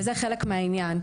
וזה חלק מהעניין.